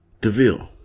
Deville